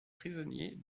prisonniers